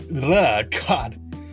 God